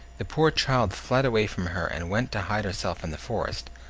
the poor child fled away from her, and went to hide herself in the forest,